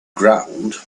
ground